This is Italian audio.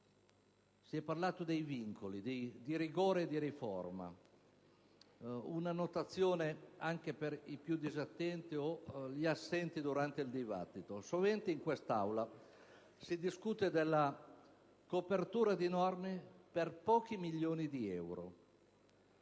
Si è parlato dei vincoli, di rigore e di riforma. Una notazione anche per i più disattenti o gli assenti durante la discussione: sovente in quest'Aula si discute della copertura di norme per pochi milioni di euro;